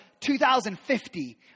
2050